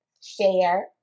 share